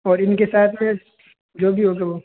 और इन के साथ में जो भी होगा वो